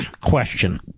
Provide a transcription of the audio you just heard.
question